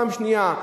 פעם שנייה,